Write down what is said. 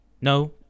No